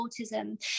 autism